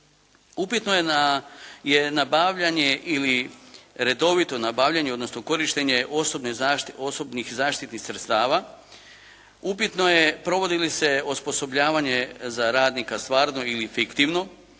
Upitno je nabavljanje ili redovito nabavljanje, odnosno korištenje osobnih zaštitnih sredstava. Upitno je provodi li se osposobljavanje za radnika stvarno ili fiktivno.